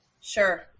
Sure